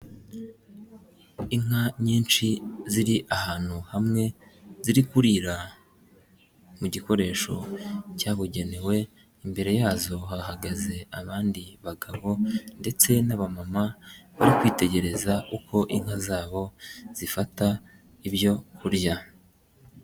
inka nyinshi ziri ahantu hamwe, ziri kurira mu gikoresho cyabugenewe imbere yazo hahagaze abandi bagabo ndetse n'abamama bari kwitegereza uko inka zabo zifata ibyo kurya.